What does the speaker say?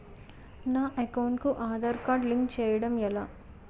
నా అకౌంట్ కు Aadhaar card link చేయడం ఎలా?